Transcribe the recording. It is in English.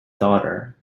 daughter